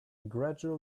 gradual